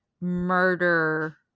murder